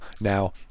now